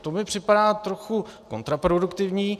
To mi připadá trochu kontraproduktivní.